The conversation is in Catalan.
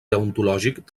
deontològic